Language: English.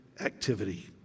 activity